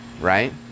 right